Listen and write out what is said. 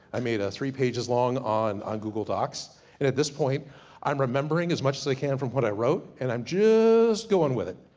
i made a three pages long on on google docs. and at this point i'm remembering, as much as i can from what i wrote, and i'm just going with it.